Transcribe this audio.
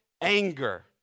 anger